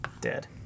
Dead